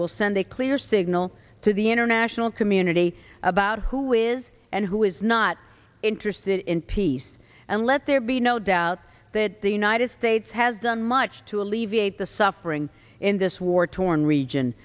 will send a clear signal to the international community about who is and who is not interested in peace and let there be no doubt that the united states has done much to alleviate the suffering in this war torn region